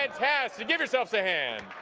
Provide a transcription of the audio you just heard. fantastic, give yourselves a hand.